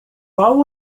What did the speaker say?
qual